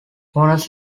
honors